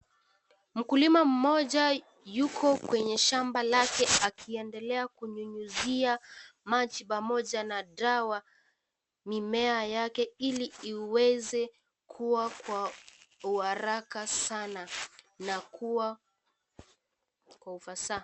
Mkulima mmoja yuko kwenye shamba lake akiendelea kunyunyuzia maji pamoja na dawa mimea yake ili iweze kuwa kwa uharaka sana na kuwa kwa ufasaha.